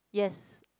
yes